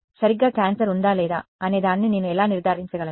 సరిగ్గా క్యాన్సర్ ఉందా లేదా అనేదానిని నేను ఎలా నిర్ధారించగలను